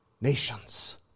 nations